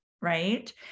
right